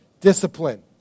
discipline